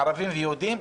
ערבים ויהודים,